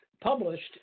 published